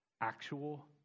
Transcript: Actual